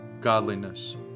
godliness